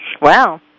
Wow